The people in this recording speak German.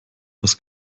was